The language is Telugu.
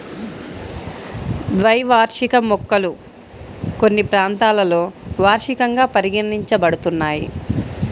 ద్వైవార్షిక మొక్కలు కొన్ని ప్రాంతాలలో వార్షికంగా పరిగణించబడుతున్నాయి